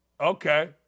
Okay